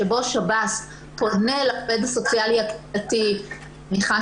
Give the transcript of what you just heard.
שבו שב"ס פונה לעובד הסוציאלי הקהילתי אני מניחה